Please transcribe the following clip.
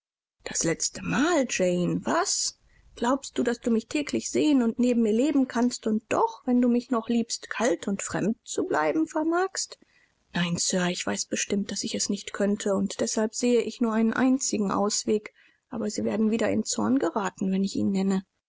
das letzte mal jane was glaubst du daß du mich täglich sehen und neben mir leben kannst und doch wenn du mich noch liebst kalt und fremd zu bleiben vermagst nein sir ich weiß bestimmt daß ich es nicht könnte und deshalb sehe ich nur einen einzigen ausweg aber sie werden wieder in zorn geraten wenn ich ihn nenne